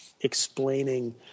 explaining